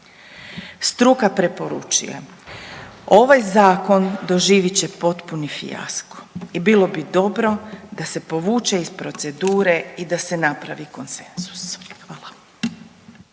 Struka preporučuje, ovaj zakon doživit će potpuni fijasko i bilo bi dobro da se povuče iz procedure i da se napravi konsenzus. Hvala.